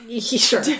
Sure